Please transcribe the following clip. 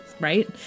right